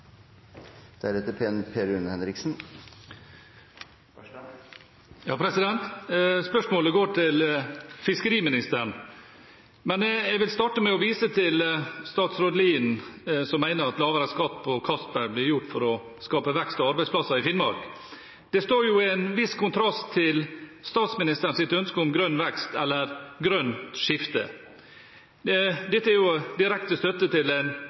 Spørsmålet mitt går til fiskeriministeren, men jeg vil starte med å vise til statsråden Lien, som mener at lavere skatt på Castberg blir gjort for å skape vekst og arbeidsplasser i Finnmark. Det står jo i en viss kontrast til statsministerens ønske om grønn vekst, eller grønt skifte. Dette er jo direkte støtte til en